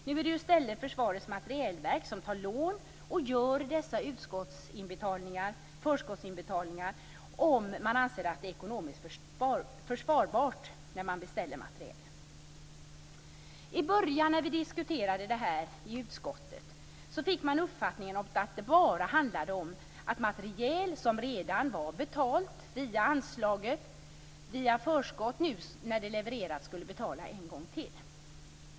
Nu är det i stället Försvarets materielverk som tar lån och gör dessa förskottsinbetalningar om man anser att det är ekonomiskt försvarsbart när man beställer materiel. I början när vi diskuterade det här i utskottet fick man uppfattningen att det bara handlade om att materiel som redan var betalt via anslaget i förskott när det levererats skulle betalas en gång till.